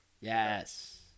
Yes